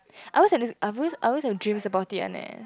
I always have this I've always I always have dreams about it one eh